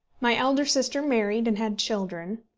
my elder sister married, and had children,